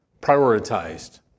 prioritized